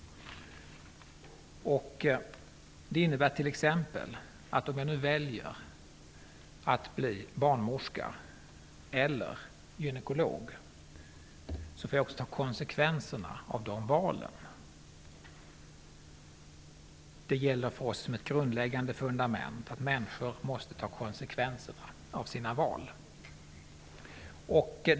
Om jag nu väljer att bli barnmorska eller gynekolog får jag också ta konsekvenserna av de valen. Det gäller för oss som en grundläggande förutsättning att människor måste ta konsekvenserna av sina val.